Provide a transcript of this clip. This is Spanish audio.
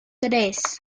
tres